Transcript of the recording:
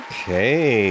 Okay